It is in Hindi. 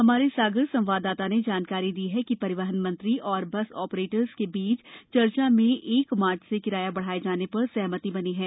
हमारे सागर संवाददाता ने जानकारी दी है कि रिवहन मंत्री और बस ऑ रेटरों के बीच चर्चा में एक मार्च से किराया बढ़ाये जाने र सहमति बनी है